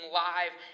live